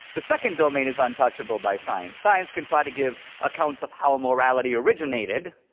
the second domain is untouchable by science. science can try to give accounts of how morality originated,